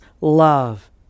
love